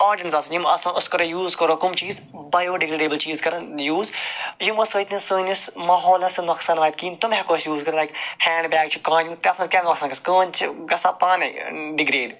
audience آسَن یم آسَن یم آسن أسۍ کرو یوٗز کرو کم چیٖز بَیو ڈِگریڈیبل چیٖز کَرَن یوٗز یمو سۭتۍ نہٕ سٲنِس ماحولَس نوٚقصان واتہِ کِہیٖنۍ تِم ہیٚکو أسۍ یوٗز کٔرِتھ لایک ہینڈ بیگ چھِ کانیٚو تتھ مَنٛز کیاہ نۄقصان گَژھِ کٲنٛسہِ کانہ چھِ گَژھان پانے ڈِگریڈ